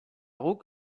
guk